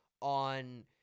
on